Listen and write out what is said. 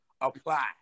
apply